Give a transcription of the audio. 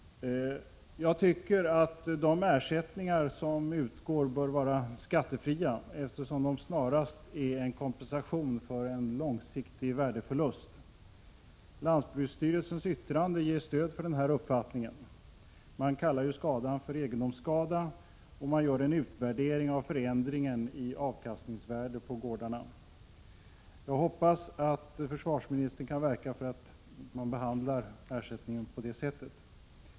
Jag tycker att de ersättningar som utgår bör vara skattefria, eftersom de snarast utgör kompensation för en långsiktig värdeförlust. Lantbruksstyrelsens yttrande ger stöd för den uppfattningen. Man kallar skadan för egendomsskada, och man gör en utvärdering av förändringen i gårdarnas avkastningsvärde. Jag hoppas att försvarsministern kan verka för att ersättningen behandlas enligt dessa grunder.